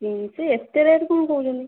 ହୁଁ ସିଏ ଏତେ ରେଟ୍ କ'ଣ କହୁଛନ୍ତି